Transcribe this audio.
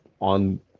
on